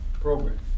program